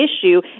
issue